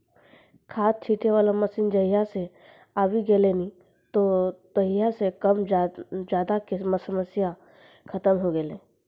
खाद छीटै वाला मशीन जहिया सॅ आबी गेलै नी हो तहिया सॅ कम ज्यादा के समस्या खतम होय गेलै